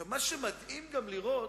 מישהו מוכן לעשות "גוגל", אולי, כדי לדעת?